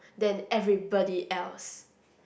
then everybody else